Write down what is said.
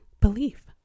belief